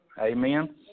Amen